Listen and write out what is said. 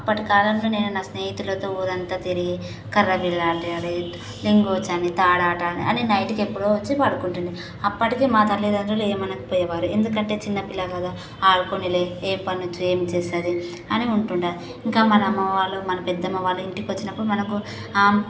అప్పటికాలంలో నేను నా స్నేహితులతో ఊరంతా తిరిగి కర్ర బిళ్ళ ఆట ఆడి లింగోచ్ అని తాడట అని నైట్కి ఎప్పుడో వచ్చి పడుకుంటుండే అప్పటికి మా తల్లితండ్రులు ఏమి అనకపోయేవారు ఎందుకంటే చిన్నపిల్ల కదా ఆడుకొనిలే ఏ పనులు చే ఏం చేసేది అని ఉంటుండే ఇంకా మన అమ్మవాళ్ళు మన పెద్దమ్మ వాళ్ళు ఇంటికొచ్చినప్పుడు మనకు